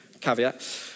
caveat